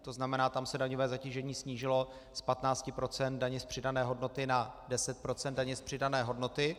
To znamená, tam se daňové zatížení snížilo z 15 % daně z přidané hodnoty na 10 % daně z přidané hodnoty.